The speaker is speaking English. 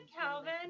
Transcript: Calvin